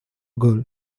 girl